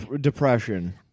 Depression